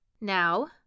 Now